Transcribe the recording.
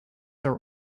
are